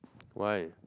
why